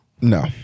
No